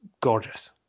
gorgeous